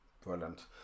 Brilliant